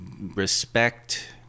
respect